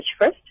first